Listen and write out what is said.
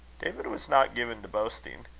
david was not given to boasting.